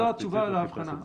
אז זו התשובה להבחנה,